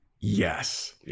Yes